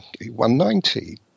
190